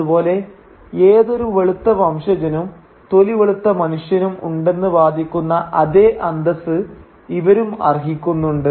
അതുപോലെ ഏതൊരു വെളുത്ത വംശജനും തൊലി വെളുത്ത മനുഷ്യനും ഉണ്ടെന്ന് വാദിക്കുന്ന അതേ അന്തസ്സ് ഇവരും അർഹിക്കുന്നുണ്ട്